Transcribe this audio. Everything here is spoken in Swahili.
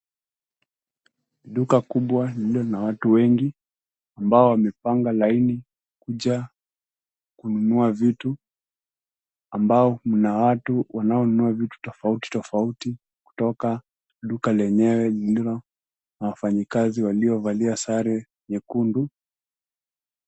Duka kubwa lililo na watu wengi ambao wamepanga laini kuja kununua vitu. Ambao mna watu wanaonunua vitu tofauti tofauti kutoka duka lenyewe lililo na wafanyakazi waliovalia sare nyekundu.